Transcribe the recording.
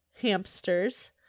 hamsters